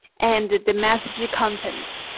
and the message content.